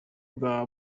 bwa